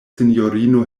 sinjorino